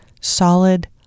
solid